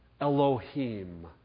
Elohim